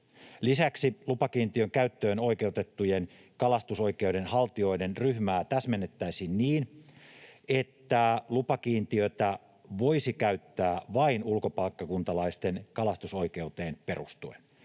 Lisäksi lupakiintiön käyttöön oikeutettujen kalastusoikeuden haltijoiden ryhmää täsmennettäisiin niin, että lupakiintiötä voisi käyttää vain ulkopaikkakuntalaisten kalastusoikeuteen perustuen.